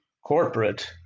corporate